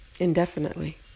indefinitely